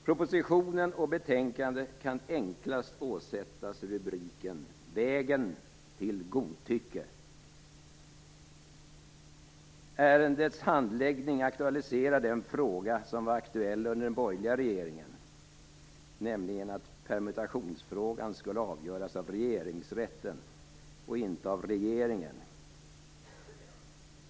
Propositionen och betänkandet kan enklast åsättas rubriken "Vägen till godtycke". Ärendets handläggning aktualiserar den fråga som var aktuell under den borgerliga regeringen; nämligen att permutationsfrågan skulle avgöras av regeringsrätten och inte av regeringen.